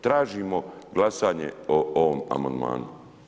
Tražimo glasanje o ovom amandmanu.